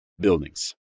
buildings